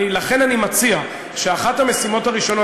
לכן אני מציע שאחת המשימות הראשונות,